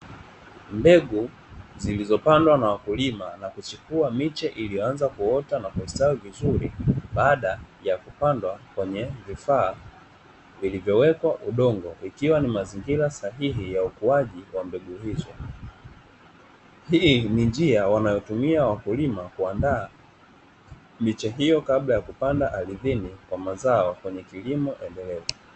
Mbegu zilizopandwa na wakulima na kuchukua miche ilianza kuota na kuhesabu vizuri baada ya kupandwa kwenye vifaa vilivyowekwa udongo, ikiwa ni mazingira sahihi ya ukuaji wa mbegu hii ni njia wanayotumia wakulima kuandaa mi vu che hiyo kabla ya kupanda ardhini kwa mazao kwenye kilimo endelevu.